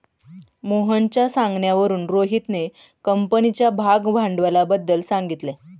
मोहनच्या सांगण्यावरून रोहितने कंपनीच्या भागभांडवलाबद्दल सांगितले